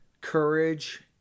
courage